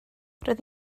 roedd